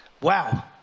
Wow